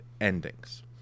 endings